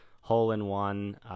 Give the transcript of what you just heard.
hole-in-one